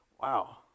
wow